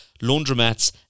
laundromats